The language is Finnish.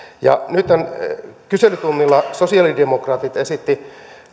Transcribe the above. nythän kyselytunnilla sosialidemokraatit esittivät